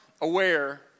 aware